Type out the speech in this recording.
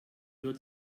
nur